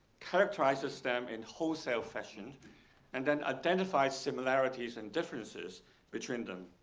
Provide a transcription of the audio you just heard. characterizes them in wholesale fashion and then identifies similarities and differences between them.